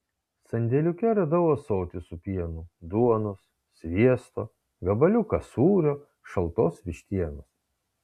sandėliuke radau ąsotį su pienu duonos sviesto gabaliuką sūrio šaltos vištienos